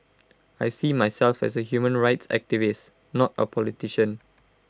I see myself as A human rights activist not A politician